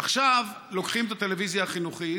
עכשיו לוקחים את הטלוויזיה החינוכית,